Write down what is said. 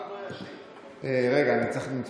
אינו נוכח, חבר הכנסת מאיר כהן, אינו נוכח,